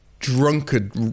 drunkard